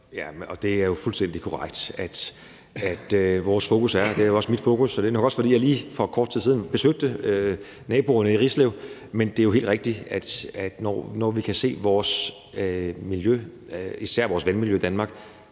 Det er jo fuldstændig korrekt, at vores fokus er, og det er også mit fokus – det er nok også, fordi jeg lige for kort tid siden besøgte naboerne i Rislev – at få lukket det hul. Det er helt rigtigt, at når vi kan se, at vores miljø, især vores vandmiljø, i Danmark